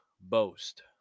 boast